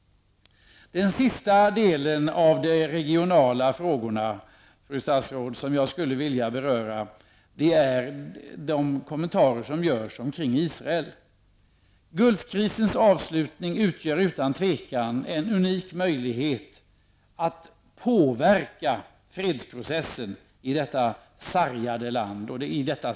Den sista delen av de regionala frågorna, fru statsråd, som jag vill beröra är de kommentarer som rör sig omkring Israel. Gulfkrisens avslutning utgör utan tvivel en unik möjlighet att påverka fredsprocessen i detta sargade område.